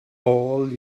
all